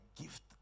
gift